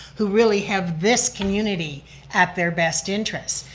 who really have this community at their best interest.